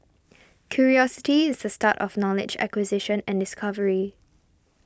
curiosity is the start of knowledge acquisition and discovery